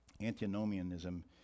antinomianism